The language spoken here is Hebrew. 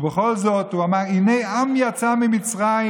ובכל זאת הוא אמר: "הנה עם יצא ממצרים,